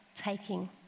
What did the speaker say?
Taking